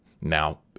Now